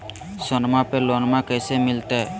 सोनमा पे लोनमा कैसे मिलते?